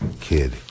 Kid